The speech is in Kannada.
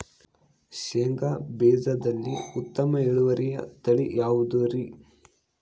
ಶೇಂಗಾ ಬೇಜದಲ್ಲಿ ಉತ್ತಮ ಇಳುವರಿಯ ತಳಿ ಯಾವುದುರಿ?